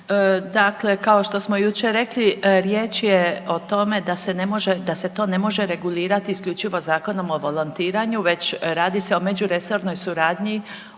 Dakle, kao što smo jučer rekli riječ je o tome da se to ne može regulirati isključivo Zakonom o volontiranju već radi se o međuresornoj suradnji